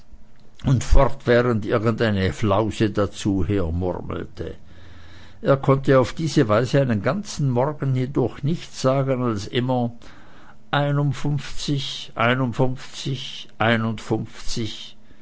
und fortwährend irgendeine flause dazu hermurmelte er konnte auf diese weise einen ganzen morgen hindurch nichts sagen als immer